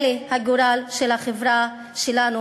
הם הגורל של החברה שלנו,